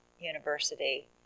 University